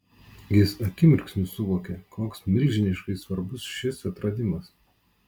jis akimirksniu suvokė koks milžiniškai svarbus šis atradimas